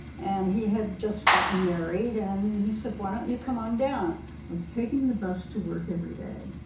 and he had just gotten married, and he said, why don't you come on down? i was taking the bus to work every day,